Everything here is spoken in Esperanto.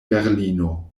berlino